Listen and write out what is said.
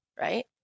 right